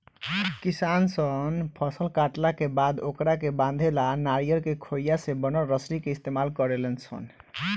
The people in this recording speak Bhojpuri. किसान सन फसल काटला के बाद ओकरा के बांधे ला नरियर के खोइया से बनल रसरी के इस्तमाल करेले सन